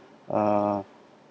uh